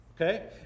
okay